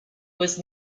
was